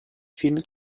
film